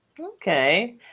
Okay